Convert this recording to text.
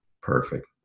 Perfect